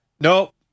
Nope